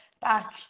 back